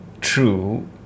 true